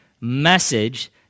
Message